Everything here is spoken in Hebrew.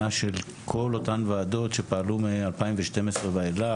של כל אותן ועדות שפעלו מ-2012 ואילך,